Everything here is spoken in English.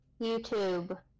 YouTube